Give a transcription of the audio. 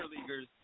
leaguers